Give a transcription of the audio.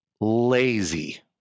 lazy